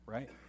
Right